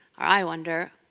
or i wonder,